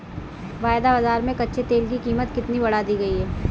वायदा बाजार में कच्चे तेल की कीमत कितनी बढ़ा दी गई है?